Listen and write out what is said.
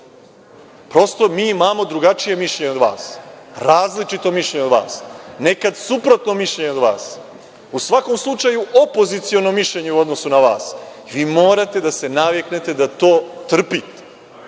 Prosto, mi imamo drugačije mišljenje od vas, različito mišljenje od vas, nekad suprotno mišljenje od vas. U svakom slučaju, opoziciono mišljenje na vas. Vi morate da se naviknete da to trpite.